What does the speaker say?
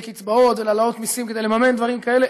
לקצבאות ולהעלאות מיסים כדי לממן דברים כאלה,